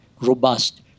robust